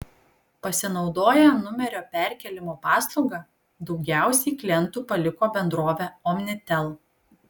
pasinaudoję numerio perkėlimo paslauga daugiausiai klientų paliko bendrovę omnitel